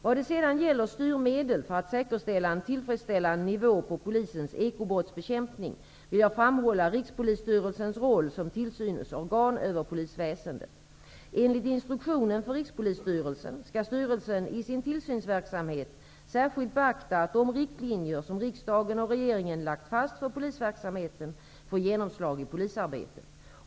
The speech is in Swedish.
När det gäller styrmedel för att säkerställa en tillfredsställande nivå på polisens ekobrottsbekämpning vill jag framhålla Rikspolisstyrelsen skall styrelsen i sin tillsynsverksamhet särskilt beakta att de riktlinjer som riksdagen och regeringen lagt fast för polisverksamheten får genomslag i polisarbetet.